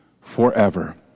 forever